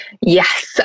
Yes